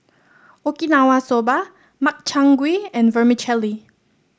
Okinawa Soba Makchang Gui and Vermicelli